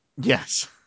Yes